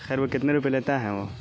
خیر وہ کتنے روپئے لیتا ہے وہ